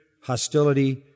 hostility